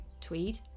tweed